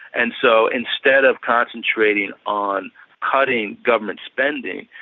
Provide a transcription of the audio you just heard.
and so instead of concentrating on cutting government spending,